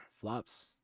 flops